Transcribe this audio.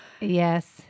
yes